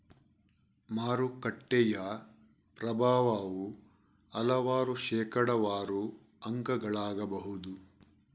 ಮಾರುಕಟ್ಟೆಯ ಪ್ರಭಾವವು ಹಲವಾರು ಶೇಕಡಾವಾರು ಅಂಕಗಳಾಗಬಹುದು